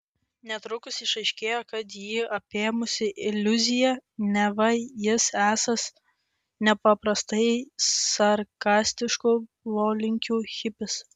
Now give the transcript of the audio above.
netrukus išaiškėjo kad jį apėmusi iliuzija neva jis esąs nepaprastai sarkastiškų polinkių hipis